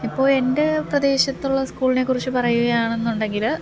ഇപ്പോൾ എന്റെ പ്രദേശത്തുള്ള സ്കൂളിനെക്കുറിച്ച് പറയുകയാണെന്നുണ്ടെങ്കിൽ